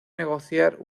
negociar